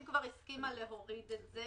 רשות המיסים כבר הסכימה להוריד את זה.